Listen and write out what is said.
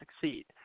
succeed